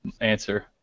answer